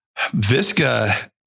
visca